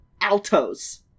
Altos